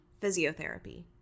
Physiotherapy